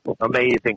Amazing